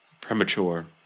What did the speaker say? premature